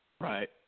Right